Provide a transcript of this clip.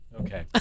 okay